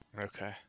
Okay